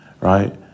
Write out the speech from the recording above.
right